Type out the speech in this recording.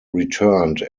returned